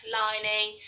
lining